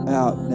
out